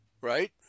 Right